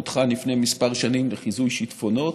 היא פותחה לפני כמה שנים לחיזוי שיטפונות,